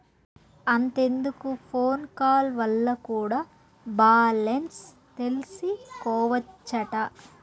అంతెందుకు phone call వల్ల కూడా బాలెన్స్ తెల్సికోవచ్చట